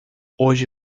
hoje